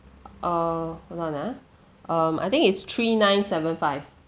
err hold on ah um I think it's three nine seven five